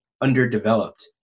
underdeveloped